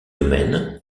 domaine